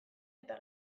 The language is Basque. eta